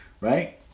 right